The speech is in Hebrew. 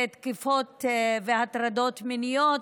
ותקיפות והטרדות מיניות,